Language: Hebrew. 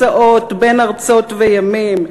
מסעות בין ארצות וימים,